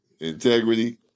integrity